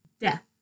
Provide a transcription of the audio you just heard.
Death